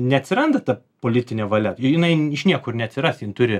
neatsiranda ta politinė valia jinai iš niekur neatsiras jin turi